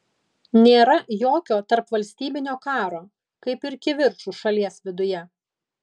nėra jokio tarpvalstybinio karo kaip ir kivirčų šalies viduje